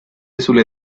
sulle